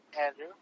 Andrew